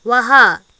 वाह